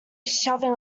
shoving